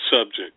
subject